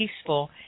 peaceful